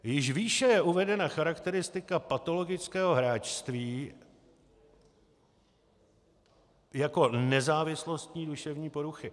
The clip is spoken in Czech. Již výše je uvedena charakteristika patologického hráčství jako nezávislostní duševní poruchy.